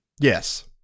Yes